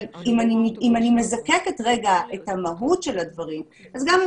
אבל אם אני מזקקת רגע את המהות של הדברים אז גם אם